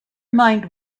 mind